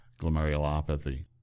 glomerulopathy